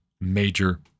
major